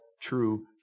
true